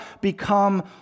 become